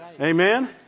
Amen